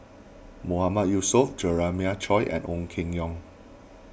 Mahmood Yusof Jeremiah Choy and Ong Keng Yong